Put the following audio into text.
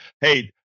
Hey